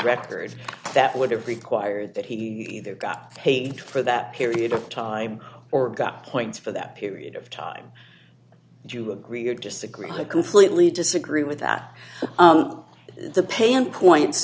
records that would have required that he got paid for that period of time or got points for that period of time do you agree or disagree completely disagree with that the pain point